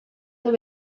egin